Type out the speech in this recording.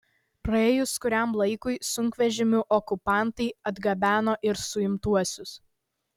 praėjus kuriam laikui sunkvežimiu okupantai atgabeno ir suimtuosius